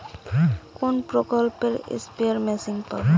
কোন প্রকল্পে spare machine পাব?